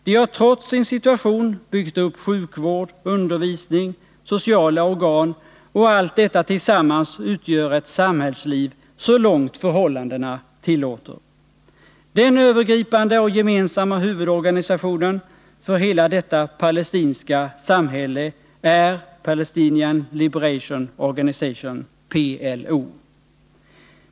De har trots sin situation byggt upp sjukvård, undervisning och sociala organ, och allt detta tillsammans utgör ett samhällsliv så långt förhållandena tillåter. Den övergripande och gemensamma huvudorganisationen för hela detta palestinska samhälle är Palestinian Liberation Organization, PLO.